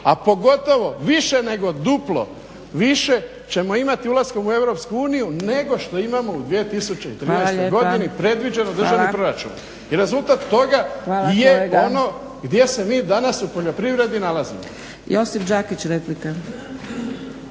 a pogotovo više nego duplo više ćemo imati ulaskom u EU nego što imamo u 2013. godini predviđen državni proračun. I rezultat toga je ono gdje se mi danas u poljoprivredi nalazimo.